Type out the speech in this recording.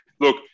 Look